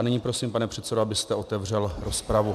Nyní prosím, pane předsedo, abyste otevřel rozpravu.